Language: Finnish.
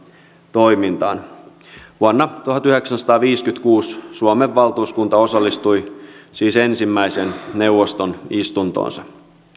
toimintaan vuonna tuhatyhdeksänsataaviisikymmentäkuusi suomen valtuuskunta osallistui siis ensimmäiseen neuvoston istuntoonsa